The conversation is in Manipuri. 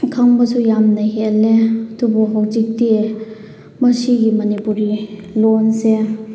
ꯈꯪꯕꯁꯨ ꯌꯥꯝꯅ ꯍꯦꯜꯂꯦ ꯑꯗꯨꯕꯨ ꯍꯧꯖꯤꯛꯇꯤ ꯃꯁꯤꯒꯤ ꯃꯅꯤꯄꯨꯔꯤ ꯂꯣꯟꯁꯦ